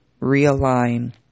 realign